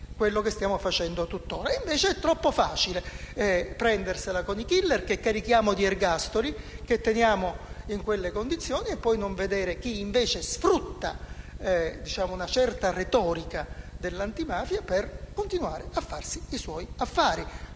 quanto stiamo facendo tuttora. Invece, è troppo facile prendersela con i *killer*, che carichiamo di ergastoli, che teniamo in quelle condizioni, senza poi vedere, invece, chi sfrutta una certa retorica dell'antimafia per continuare a fare i suoi affari.